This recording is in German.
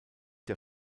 der